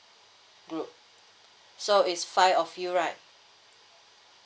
group so is five of you right